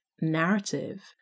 narrative